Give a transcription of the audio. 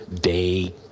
day